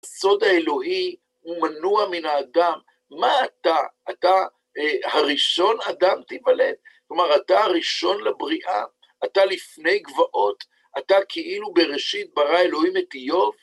סוד האלוהי הוא מנוע מן האדם, מה אתה? אתה "הראשון אדם תיוולד?", כלומר, אתה הראשון לבריאה?, אתה לפני גבעות?, אתה כאילו בראשית ברא אלוהים את איוב?.